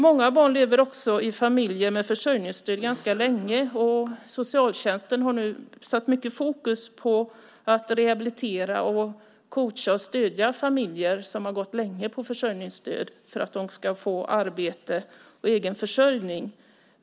Många barn lever i familjer med försörjningsstöd ganska länge, och socialtjänsten har nu satt mycket fokus på att rehabilitera, coacha och stödja familjer som har gått länge på försörjningsstöd för att de ska få arbete och egen försörjning.